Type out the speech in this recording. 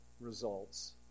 results